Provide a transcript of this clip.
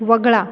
वगळा